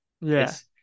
Yes